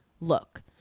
look